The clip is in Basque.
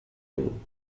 dugu